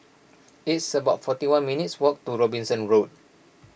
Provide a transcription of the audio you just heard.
it's about forty one minutes' walk to Robinson Road